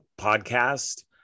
podcast